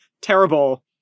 Terrible